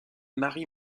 marie